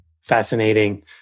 Fascinating